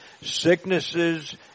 Sicknesses